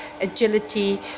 agility